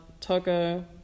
Togo